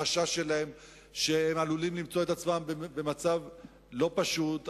לחשש שלהם שהם עלולים למצוא את עצמם במצב לא פשוט,